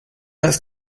ist